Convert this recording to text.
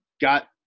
got